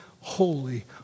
holy